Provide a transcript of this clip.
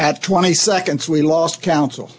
at twenty seconds we lost council